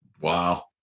Wow